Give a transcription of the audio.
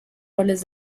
roles